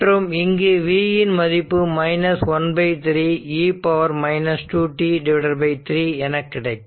மற்றும் இங்கு v இன் மதிப்பு 13 e 2t3 என கிடைக்கும்